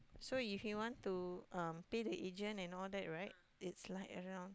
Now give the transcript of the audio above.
so if you want to um pay the agent and all that right it's like around